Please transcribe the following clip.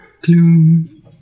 Gloom